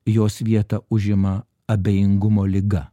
jos vietą užima abejingumo liga